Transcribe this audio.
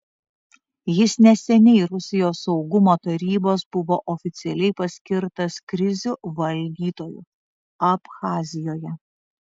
jis neseniai rusijos saugumo tarybos buvo oficialiai paskirtas krizių valdytoju abchazijoje